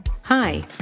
Hi